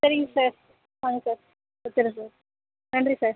சரிங்க சார் வாங்க சார் வச்சிர்றேன் சார் நன்றி சார்